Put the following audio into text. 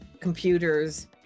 computers